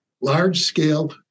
large-scale